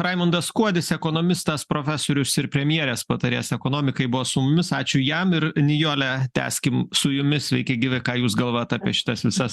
raimundas kuodis ekonomistas profesorius ir premjerės patarėjas ekonomikai buvo su mumis ačiū jam ir nijole tęskim su jumis sveiki gyvi ką jūs galvojat apie šitas visas